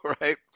right